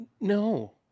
No